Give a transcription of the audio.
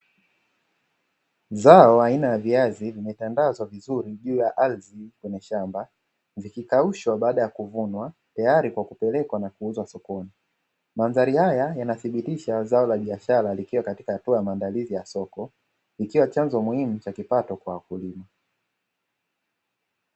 Zao aina ya viazi vimetandazwa vizuri juu ya ardhi kwenye shamba ,likikaushwa baada ya kuvunwa tayari kwa kupelekwa na kuuzwa sokoni. Mandhari haya yanathibitisha zao la biashara likiwa katika hatua ya maandalizi ya soko, ikiwa chanzo muhimu cha kipato kwa wakulima.